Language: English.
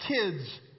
kids